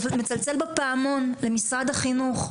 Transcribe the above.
ומצלצל בפעמון למשרד החינוך.